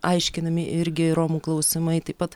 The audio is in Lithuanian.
aiškinami irgi romų klausimai taip pat